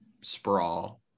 sprawl